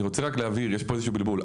אני רוצה רק להבהיר, יש פה איזשהו בלבול.